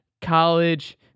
college